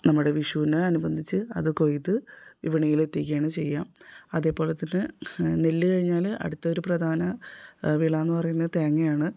നമ്മുടെ വിഷുവിന് അനുബന്ധിച്ച് അത് കൊയ്ത് വിപണിയിലെത്തിക്കയാണ് ചെയ്യുക അതേ പോലെ തന്നെ നെല്ല് കഴിഞ്ഞാൽ അടുത്ത ഒരു പ്രധാന വിള എന്ന് പറയുന്നത് തേങ്ങയാണ്